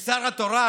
כי שר התורה,